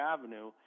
Avenue